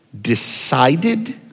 decided